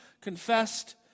confessed